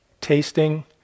tasting